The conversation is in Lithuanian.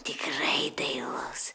tikrai dailus